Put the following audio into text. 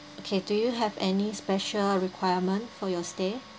okay do you have any special requirement for your stay